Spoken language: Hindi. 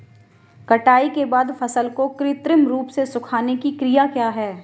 कटाई के बाद फसल को कृत्रिम रूप से सुखाने की क्रिया क्या है?